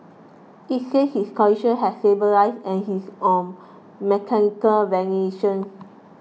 it says his condition has stabilised and he is on mechanical ventilation